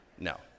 No